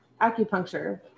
acupuncture